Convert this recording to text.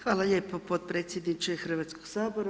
Hvala lijepo potpredsjedniče Hrvatskog sabora.